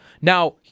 Now